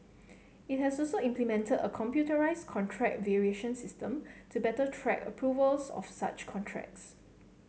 it has also implemented a computerised contract variation system to better track approvals of such contracts